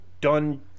done